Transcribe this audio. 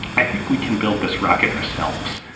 i think we can build this rocket ourselves,